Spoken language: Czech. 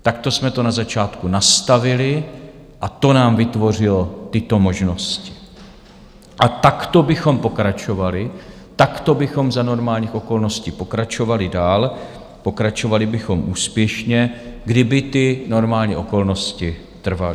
Takto jsme to na začátku nastavili, a to nám vytvořilo tyto možnosti, a takto bychom pokračovali, takto bychom za normálních okolností pokračovali dál, pokračovali bychom úspěšně, kdyby ty normální okolnosti trvaly.